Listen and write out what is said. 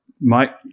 Mike